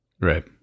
right